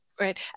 right